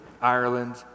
Ireland